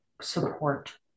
support